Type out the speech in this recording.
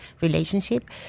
relationship